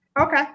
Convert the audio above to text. Okay